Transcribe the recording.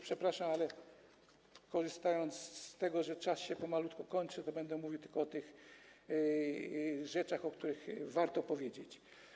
Przepraszam, korzystając z tego, że czas się pomalutku kończy, będę mówił tylko o tych rzeczach, o których warto powiedzieć.